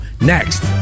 next